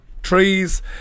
trees